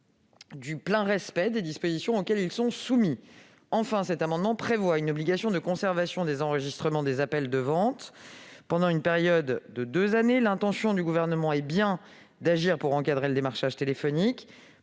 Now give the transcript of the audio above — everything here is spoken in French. du plein respect des dispositions auxquelles ces acteurs sont soumis. Enfin, cet amendement tend à prévoir une obligation de conservation des enregistrements des appels de vente pendant une période de deux années. L'intention du Gouvernement est bien d'agir pour encadrer le démarchage téléphonique,